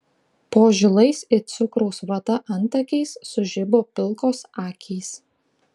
po žilais it cukraus vata antakiais sužibo pilkos akys